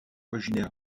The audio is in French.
originaire